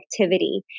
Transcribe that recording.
activity